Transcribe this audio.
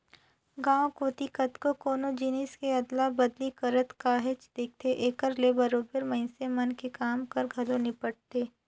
गाँव कोती कतको कोनो जिनिस के अदला बदली करत काहेच दिखथे, एकर ले बरोबेर मइनसे मन के काम हर घलो निपटथे